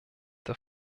der